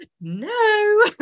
no